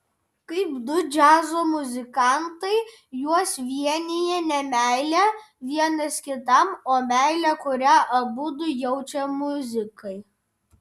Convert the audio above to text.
kaip du džiazo muzikantai juos vienija ne meilė vienas kitam o meilė kurią abudu jaučia muzikai